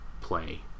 play